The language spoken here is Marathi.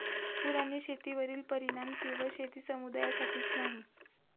पूर आणि शेतीवरील परिणाम केवळ शेती समुदायासाठीच नाही